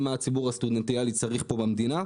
מה הציבור הסטודנטיאלי צריך פה במדינה.